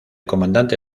comandante